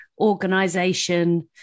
organization